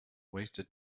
wasted